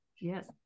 yes